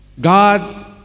God